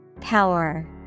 Power